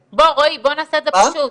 רועי, בוא נעשה את זה פשוט.